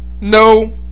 No